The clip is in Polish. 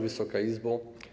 Wysoka Izbo!